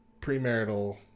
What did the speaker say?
premarital